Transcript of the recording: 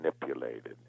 manipulated